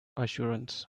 assurance